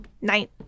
night